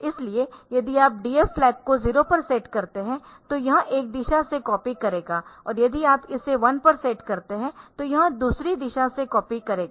इसलिए यदि आप DF फ्लैग को 0 पर सेट करते है तो यह एक दिशा से कॉपी करेगा और यदि आप इसे 1 पर सेट करते है तो यह दूसरी दिशा से कॉपी करेगा